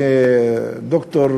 זה דוקטור